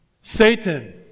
Satan